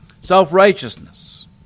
self-righteousness